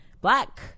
black